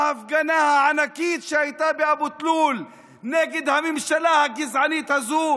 ההפגנה הענקית שהייתה באבו תלול נגד הממשלה הגזענית הזאת